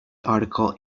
article